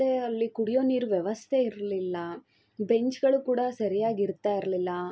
ಮತ್ತು ಅಲ್ಲಿ ಕುಡಿಯೊ ನೀರು ವ್ಯವಸ್ಥೆ ಇರಲಿಲ್ಲ ಬೆಂಚುಗಳು ಕೂಡ ಸರಿಯಾಗಿ ಇರ್ತಾ ಇರಲಿಲ್ಲ